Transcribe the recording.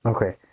Okay